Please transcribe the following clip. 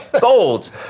gold